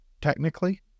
technically